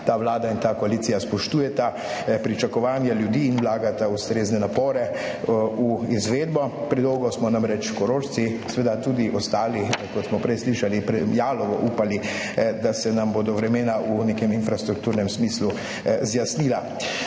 ta vlada in ta koalicija spoštujeta pričakovanja ljudi in vlagata ustrezne napore v izvedbo. Predolgo smo namreč Korošci, seveda tudi ostali, kot smo prej slišali, jalovo upali, da se nam bodo vremena v nekem infrastrukturnem smislu zjasnila.